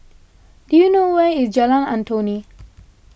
do you know where is Jalan Antoi